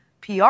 PR